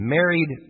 Married